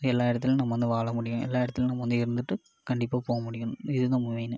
எல்லா இடத்துலையும் நம்ம வந்து வாழ முடியும் எல்லா இடத்துலையும் நம்ம வந்து இருந்துட்டு கண்டிப்பாக போக முடியும் இது தான் மெயினு